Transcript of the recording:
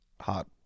hot